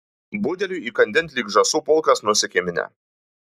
budeliui įkandin lyg žąsų pulkas nusekė minia